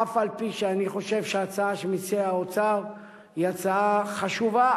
אף-על-פי שאני חושב שההצעה שמציע האוצר היא הצעה חשובה,